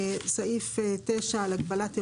סעיף 9 מדבר על הגבלת אירועים.